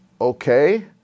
Okay